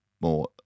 more